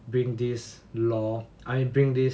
bring this law I mean bring this